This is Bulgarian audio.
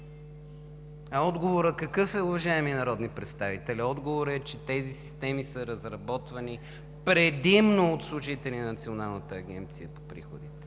А отговорът какъв е, уважаеми народни представители? Отговорът е, че тези системи са разработвани предимно от служители на Националната агенция за приходите.